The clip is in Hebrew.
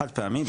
חד פעמי?